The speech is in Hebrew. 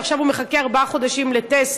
ועכשיו הוא מחכה ארבעה חודשים לטסט.